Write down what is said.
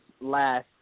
last